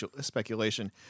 speculation